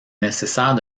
nécessaire